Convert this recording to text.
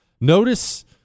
Notice